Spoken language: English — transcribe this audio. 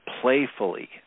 playfully